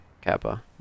Kappa